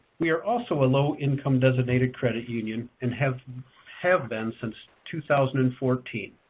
we are also a low-income-designated credit union, and have have been since two thousand and fourteen.